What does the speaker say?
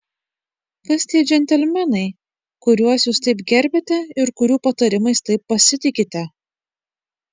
kas tie džentelmenai kuriuos jūs taip gerbiate ir kurių patarimais taip pasitikite